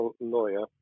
lawyer